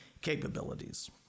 capabilities